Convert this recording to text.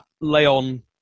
Leon